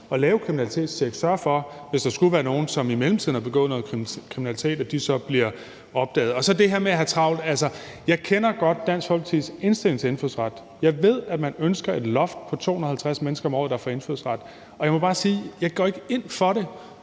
at lave et kriminalitetstjek og sørge for, hvis der skulle være nogen, som i mellemtiden har begået noget kriminelt, at de så bliver opdaget. Så til det her med at have travlt. Altså, jeg kender godt Dansk Folkepartis indstilling til indfødsret. Jeg ved, at man ønsker et loft på 250 mennesker om året, der får indfødsret. Og jeg må bare sige: Jeg går ikke ind for det.